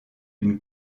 une